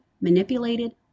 manipulated